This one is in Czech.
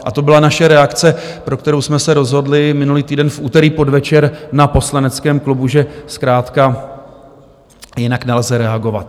A to byla naše reakce, pro kterou jsme se rozhodli minulý týden v úterý v podvečer na poslaneckém klubu, že zkrátka jinak nelze reagovat.